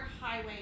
highway